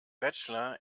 bachelor